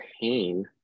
pain